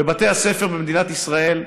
בבתי הספר במדינת ישראל,